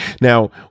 Now